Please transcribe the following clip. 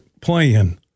playing